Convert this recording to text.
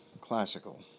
classical